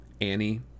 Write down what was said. Annie